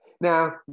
Now